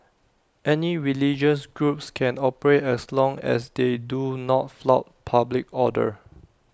any religious groups can operate as long as they do not flout public order